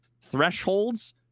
thresholds